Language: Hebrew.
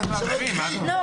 הנכבדה,